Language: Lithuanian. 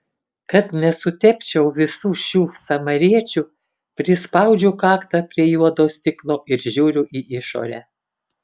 kad nesutepčiau visų šių samariečių prispaudžiu kaktą prie juodo stiklo ir žiūriu į išorę